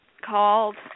called